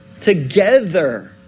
together